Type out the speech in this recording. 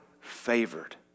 favored